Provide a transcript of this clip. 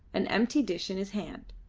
an empty dish in his hand.